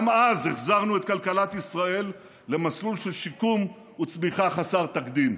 גם אז החזרנו את כלכלת ישראל למסלול של שיקום וצמיחה חסרי תקדים.